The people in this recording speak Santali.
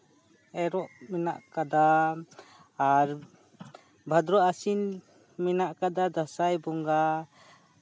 ᱮᱨᱚᱜ ᱢᱮᱱᱟᱜ ᱟᱠᱟᱫᱟ ᱟᱨ ᱵᱷᱟᱫᱨᱚ ᱟᱥᱤᱱ ᱢᱮᱱᱟᱜ ᱟᱠᱟᱫᱟ ᱫᱟᱸᱥᱟᱭ ᱵᱚᱸᱜᱟ